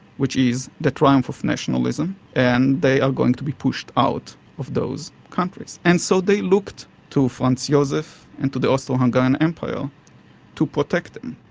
which is, the triumph of nationalism and they are going to be pushed out of those countries. and so they looked to franz josef and to the austro-hungarian empire to protect them.